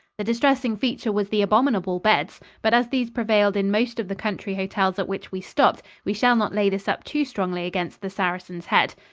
the distressing feature was the abominable beds, but as these prevailed in most of the country hotels at which we stopped we shall not lay this up too strongly against the saracen's head.